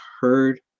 heard